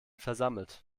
versammelt